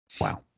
wow